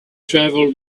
travel